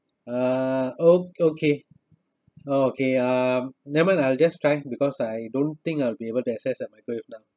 uh oh okay okay um never mind I'll just try because I don't think I'll be able to access microwave oven